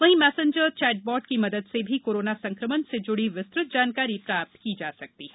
वहीं messenger chatbot की मदद से भी कोरोना संकमण से जुड़ी विस्तृत जानकारी प्राप्त की जा सकती है